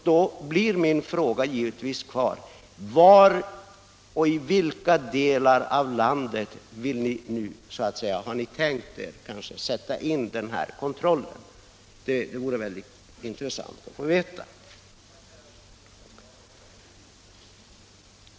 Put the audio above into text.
Då blir min fråga givetvis denna: I vilka delar av landet har ni tänkt er att sätta in den här kontrollen? Det vore väldigt intressant att få veta.